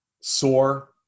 sore